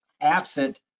absent